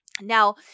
Now